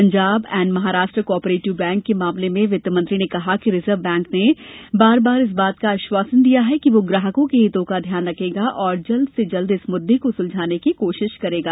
Punjab and Maharashtra cooperative bank के मामले में वित्तमंत्री ने कहा कि रिजर्व बैंक ने बारबार इस बात का आश्वासन दिया है कि वह ग्राहकों के हितों का ध्यान रखेगा और जल्द से जल्द इस मुद्दे को सुलझाने की कोशीश करेगा